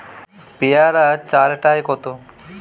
পেয়ারা চার টায় কত?